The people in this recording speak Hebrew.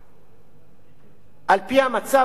על-פי המצב המשפטי הקיים כיום,